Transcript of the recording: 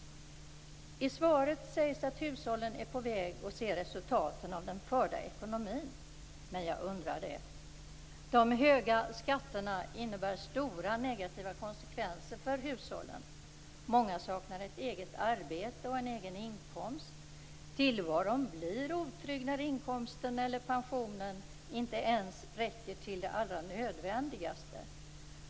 I svaret sägs att hushållen är på väg att se resultatet av den förda ekonomiska politiken. Men jag undrar det. De höga skatterna innebär stora negativa konsekvenser för hushållen. Många saknar ett eget arbete och en egen inkomst. Tillvaron blir otrygg när inkomsten eller pensionen inte ens räcker till det allra nödvändigaste.